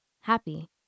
happy